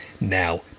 now